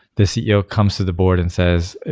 the ceo comes to the board and says,